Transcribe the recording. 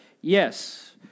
Yes